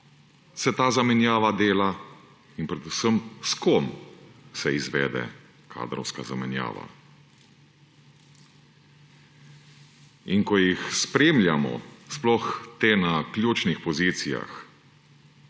se ta zamenjava dela in s kom se izvede kadrovska zamenjava. In ko jih spremljamo, sploh te na ključnih pozicijah